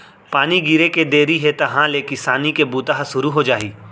पानी गिरे के देरी हे तहॉं ले किसानी के बूता ह सुरू हो जाही